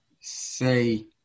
say